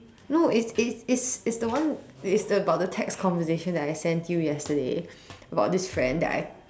no it's it's it's it's the one it is about the text conversation that I sent you yesterday about this friend that I